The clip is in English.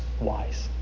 wise